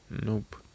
Nope